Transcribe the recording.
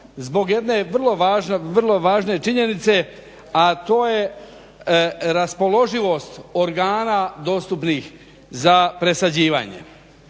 Zbog jedne vrlo važne činjenice a to je raspoloživost organa dostupnih za presađivanje,